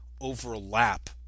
overlap